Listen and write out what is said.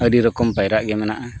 ᱟᱹᱰᱤ ᱨᱚᱠᱚᱢ ᱯᱟᱭᱨᱟᱜ ᱜᱮ ᱢᱮᱱᱟᱜᱼᱟ